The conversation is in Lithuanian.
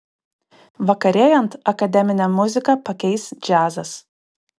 vakarėjant akademinę muziką pakeis džiazas